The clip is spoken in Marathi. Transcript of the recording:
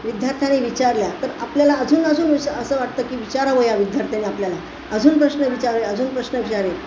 विद्यार्थ्याने विचारल्या तर आपल्याला अजून अजून विचार असं वाटतं की विचारावं या विद्यार्थ्यांनी आपल्याला अजून प्रश्न विचारावे अजून प्रश्न विचारावे